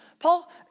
Paul